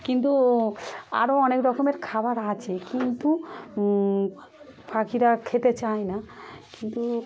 কিন্তু আরও অনেক রকমের খাবার আছে কিন্তু পাখিরা খেতে চায় না কিন্তু